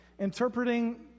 interpreting